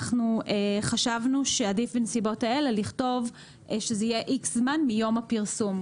אנחנו חשבנו שעדיף בנסיבות האלה לכתוב שזה יהיה איקס זמן מיום הפרסום.